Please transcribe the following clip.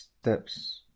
steps